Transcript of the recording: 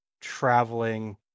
traveling